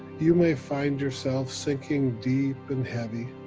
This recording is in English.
you may find yourself sinking deep and heavy,